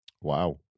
Wow